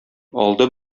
алды